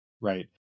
right